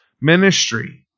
ministry